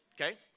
Okay